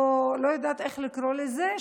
לא יודעת איך לקרוא לזה,